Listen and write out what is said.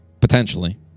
potentially